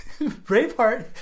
Braveheart